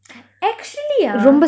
actually ah